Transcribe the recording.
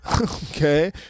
Okay